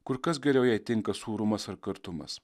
kur kas geriau jai tinka sūrumas ar kartumas